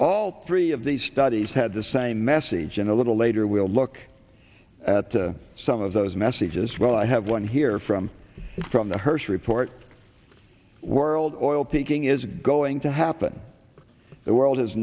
all three of these studies had the same message in a little later we'll look at some of those messages well i have one here from it from the hersh report world oil peaking is going to happen the world has